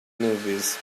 movies